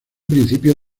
principio